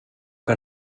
que